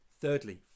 Thirdly